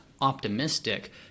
optimistic